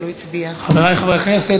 חברי חברי הכנסת,